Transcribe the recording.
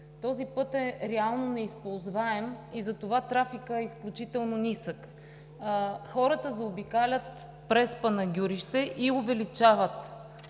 Този път е реално неизползваем и затова трафикът е изключително нисък. Хората заобикалят през Панагюрище и увеличават